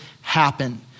happen